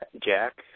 Jack